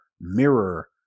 mirror